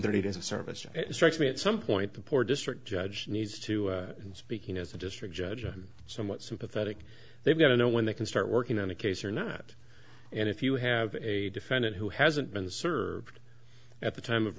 thirty days of service strikes me at some point the poor district judge needs to speaking as a district judge and somewhat sympathetic they've got to know when they can start working on a case or not and if you have a defendant who hasn't been served at the time of